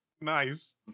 Nice